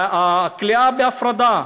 הכליאה בהפרדה,